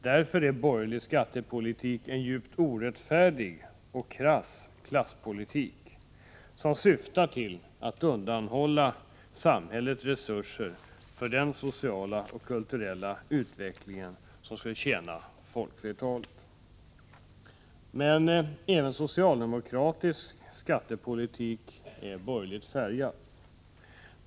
Därför är borgerlig skattepolitik en djupt orättfärdig och krass klasspolitik, som syftar till att undanhålla samhället resurser för den sociala och kulturella utveckling som skall tjäna folkflertalet. Även socialdemokratisk skattepolitik är emellertid borgerligt färgad.